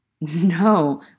no